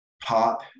pop